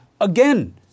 again